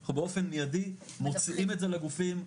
אנחנו באופן מידי מוצאים את זה לגופים,